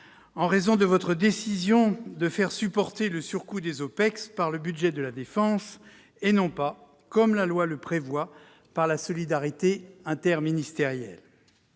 la décision du Gouvernement de faire supporter le surcoût des OPEX par le budget de la défense, et non pas, comme la loi le prévoit, par la solidarité interministérielle.